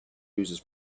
users